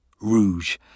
rouge